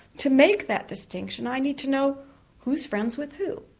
to make that distinction i need to know who's friends with who.